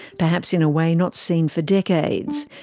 perhaps in a way not seen for decades.